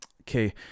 okay